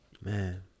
Man